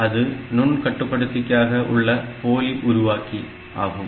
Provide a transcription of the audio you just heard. அது நுண் கட்டுப்படுத்திக்காக உள்ள போலிஉருவாக்கி ஆகும்